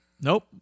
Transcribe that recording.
nope